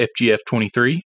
FGF23